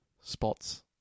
Spots